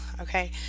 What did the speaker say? okay